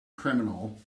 criminal